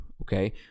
okay